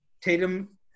Tatum